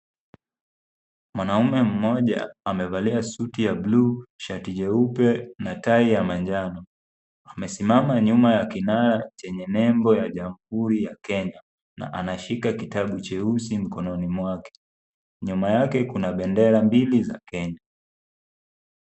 Mwanaume mmoja, amevalia suti ya buluu, shati jeupe na tai ya manjano. Amesimama nyuma ya kinaya chenye nembo ya Jamhuri ya Kenya na anashika kitabu nyeusi mikononi mwake. Nyuma yake kuna bendera mbili za Kenya.